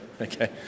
Okay